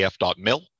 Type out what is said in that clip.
AF.mil